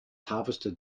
harvested